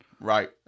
right